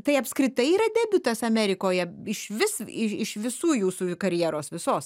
tai apskritai yra debiutas amerikoje iš vis i iš visų jūsų karjeros visos